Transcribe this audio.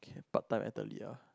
part time athlete lah